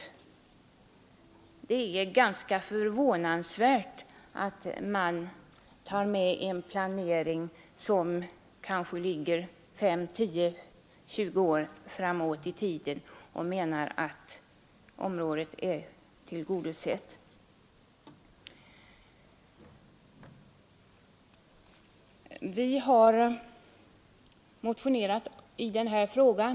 Det är ganska förvånansvärt att man tar med en planering som kanske ligger 5—-10—20 år framåt i tiden och menar att behoven på området därmed är förhållandevis väl tillgodosedda. Vi har motionerat i den här frågan.